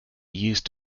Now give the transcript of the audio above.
used